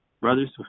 Brothers